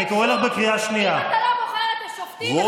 אם אתה לא בוחר את השופטים שלך,